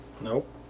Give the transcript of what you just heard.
Nope